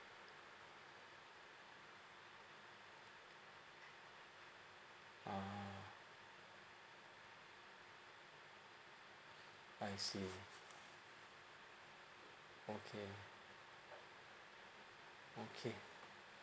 oh I see okay okay